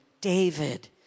David